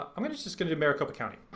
i mean just just gonna do maricopa county.